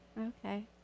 okay